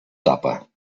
tapa